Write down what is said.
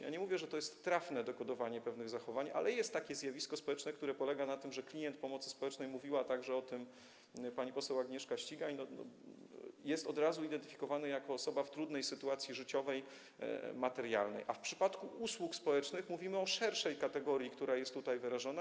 Ja nie mówię, że to jest trafne dekodowanie pewnych zachowań, ale jest takie zjawisko społeczne, które polega na tym, że klient pomocy społecznej - mówiła o tym także pani poseł Agnieszka Ścigaj - jest od razu identyfikowany jako osoba w trudnej sytuacji życiowej, materialnej, a w przypadku usług społecznych mówimy o szerszej kategorii, która jest tutaj wyrażona.